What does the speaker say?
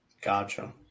Gotcha